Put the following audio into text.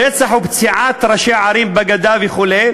רצח ופציעת ראשי ערים בגדה וכו'